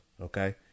okay